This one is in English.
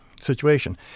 situation